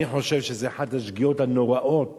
אני חושב שזו אחת השגיאות הנוראות